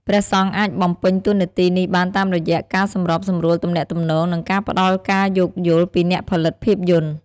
ព្រះសង្ឃអាចបំពេញតួនាទីនេះបានតាមរយៈ ការសម្របសម្រួលទំនាក់ទំនង និងការផ្ដល់ការយោគយល់ពីអ្នកផលិតភាពយន្ត។